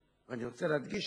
אני מאוד מודה לך, אדוני.